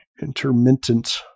intermittent